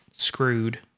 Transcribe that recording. Screwed